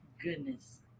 goodness